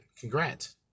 congrats